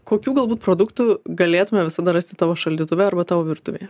kokių galbūt produktų galėtume visada rasti tavo šaldytuve arba tavo virtuvėje